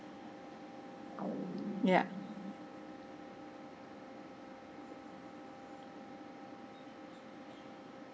ya